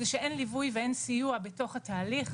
זה שאין ליווי ואין סיוע בתוך התהליך,